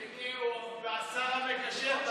מיקי, הוא השר המקשר.